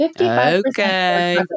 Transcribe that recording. Okay